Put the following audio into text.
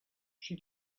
she